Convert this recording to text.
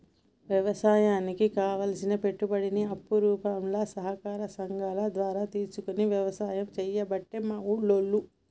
వ్యవసాయానికి కావలసిన పెట్టుబడిని అప్పు రూపంల సహకార సంగాల ద్వారా తీసుకొని వ్యసాయం చేయబట్టే మా ఉల్లోళ్ళు